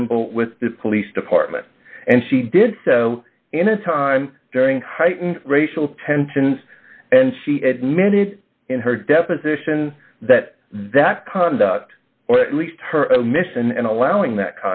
symbol with the police department and she did so in a time during heightened racial tensions and she admitted in her deposition that that conduct or at least her omission and allowing that